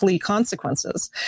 consequences